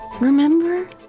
Remember